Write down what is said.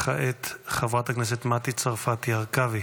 כעת, חברת הכנסת מטי צרפתי הרכבי.